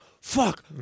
fuck